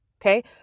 Okay